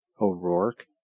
O'Rourke